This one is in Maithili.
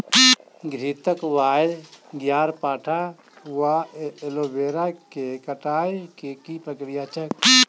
घृतक्वाइर, ग्यारपाठा वा एलोवेरा केँ कटाई केँ की प्रक्रिया छैक?